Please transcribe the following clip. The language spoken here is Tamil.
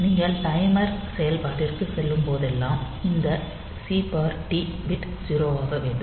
நீங்கள் டைமர் செயல்பாட்டிற்குச் செல்லும் போதெல்லாம் இந்த சி டி பிட் 0 ஆக வேண்டும்